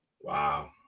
wow